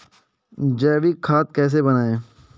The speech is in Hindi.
जैविक खाद कैसे बनाएँ?